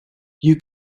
you